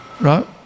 right